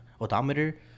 odometer